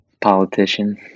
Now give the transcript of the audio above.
Politician